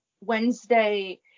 Wednesday